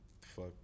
fuck